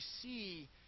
see